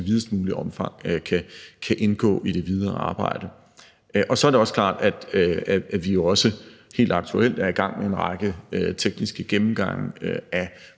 videst muligt omfang kan indgå i det videre arbejde. Så er det også klart, at vi helt aktuelt er i gang med en række tekniske gennemgange af